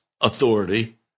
authority